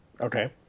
Okay